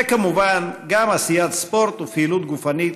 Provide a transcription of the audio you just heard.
וכמובן גם עשיית ספורט ופעילות גופנית,